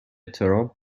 ترامپ